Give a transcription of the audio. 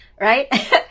right